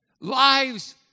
lives